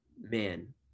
Man